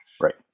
Right